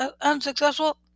unsuccessful